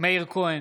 מאיר כהן,